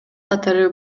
катары